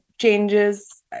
changes